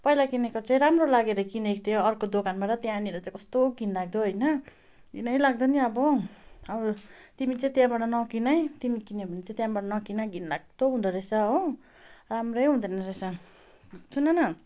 पहिला किनेको चाहिँ राम्रो लागेर किनेको थियो अर्को दोकानमा र त्यहाँनिर चाहिँ कस्तो घिनलाग्दो होइन घिनै लाग्दो नि अब तिमी चाहिँ त्यहाँबाट नकिनै तिमी किन्यो भने चाहिँ त्यहाबाट नकिन घिनलाग्दो हुँदोरहेछ हो राम्रै हुँदैन रहेछ सुनन